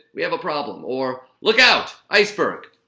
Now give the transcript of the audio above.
we have a problem or look out! iceberg.